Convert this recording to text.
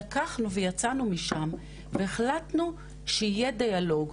לקחנו ויצאנו משם והחלטנו שיהיה דיאלוג,